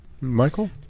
Michael